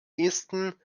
ehesten